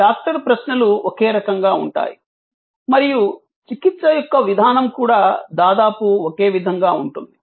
doctor ప్రశ్నలు ఒకే రకంగా ఉంటాయి మరియు చికిత్స యొక్క విధానం కూడా దాదాపు ఒకే విధంగా ఉంటుంది